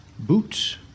boots